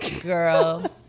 girl